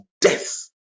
death